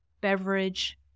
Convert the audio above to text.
beverage